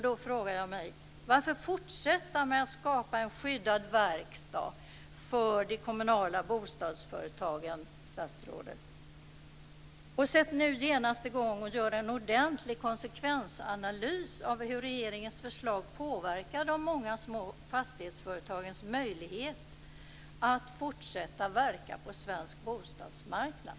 Då frågar jag: Varför fortsätta med att skapa en skyddad verkstad för de kommunala bostadsföretagen, statsrådet? Sätt nu genast i gång och gör en ordentlig konsekvensanalys av hur regeringens förslag påverkar de många små fastighetsföretagens möjlighet att fortsätta verka på svensk bostadsmarknad!